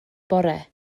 bore